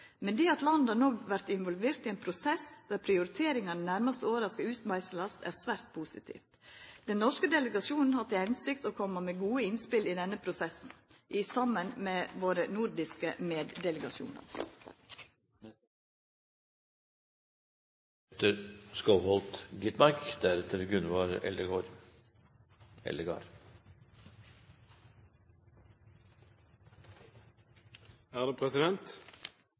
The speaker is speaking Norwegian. det at landa no vert involverte i ein prosess der prioriteringane dei nærmaste åra skal verta utmeisla, er svært positivt. Den norske delegasjonen har til hensikt å koma med gode innspel i denne prosessen, saman med våre nordiske meddelegasjonar.